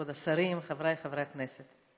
כבוד השרים, חבריי חברי הכנסת,